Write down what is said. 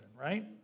right